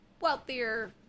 wealthier